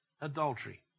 adultery